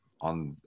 on